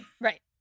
Right